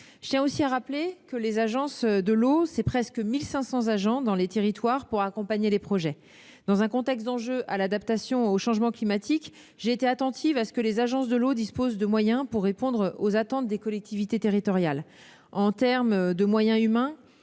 Je tiens aussi à rappeler que les agences de l'eau représentent presque 1 500 agents dans les territoires pour accompagner les projets. Dans le contexte que représente l'adaptation au changement climatique, j'ai été attentive à ce que ces agences disposent de moyens pour répondre aux attentes des collectivités territoriales. En termes de moyens humains,